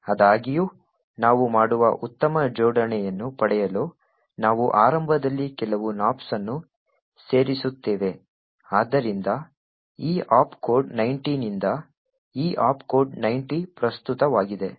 ಆದಾಗ್ಯೂ ನಾವು ಮಾಡುವ ಉತ್ತಮ ಜೋಡಣೆಯನ್ನು ಪಡೆಯಲು ನಾವು ಆರಂಭದಲ್ಲಿ ಕೆಲವು nops ಅನ್ನು ಸೇರಿಸುತ್ತೇವೆ ಆದ್ದರಿಂದ ಈ opcode 90 ನಿಂದ ಈ opcode 90 ಪ್ರಸ್ತುತವಾಗಿದೆ